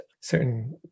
certain